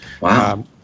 Wow